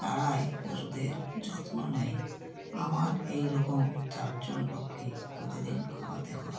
তারাই পশুদের যত্ন নেয় আমার এই রকম চারজন লোককে প্রতিদিন খাওয়াতে হয়